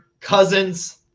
Cousins